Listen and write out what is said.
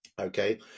Okay